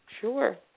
Sure